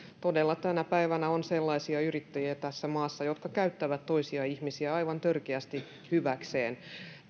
todella tänä päivänä on sellaisia yrittäjiä tässä maassa jotka käyttävät toisia ihmisiä aivan törkeästi hyväkseen